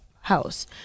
house